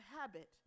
habit